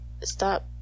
Stop